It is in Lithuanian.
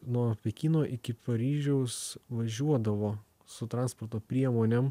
nuo pekino iki paryžiaus važiuodavo su transporto priemonėm